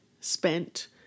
spent